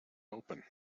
open